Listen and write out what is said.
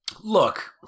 Look